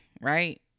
right